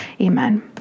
Amen